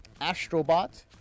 Astrobot